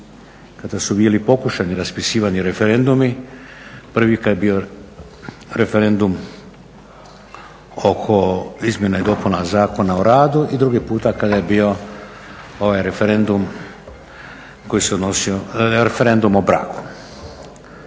kada su bili pokušani raspisivani referendumi. Prvi kad je bio referendum oko izmjena i dopuna Zakona o radu i drugi puta kada je bio ovaj referendum o braku.